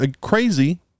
Crazy